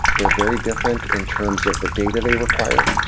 they're very different in terms of the data they require.